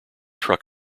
truck